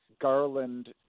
Garland